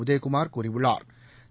உதயகுமாா் கூறியுள்ளாா்